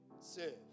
Serve